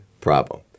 problem